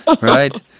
Right